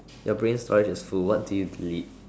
your brain storage is full what do you delete